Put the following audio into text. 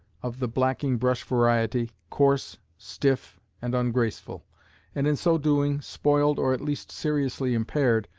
of the blacking-brush variety, coarse, stiff, and ungraceful and in so doing spoiled, or at least seriously impaired,